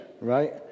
Right